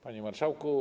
Panie Marszałku!